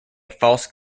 false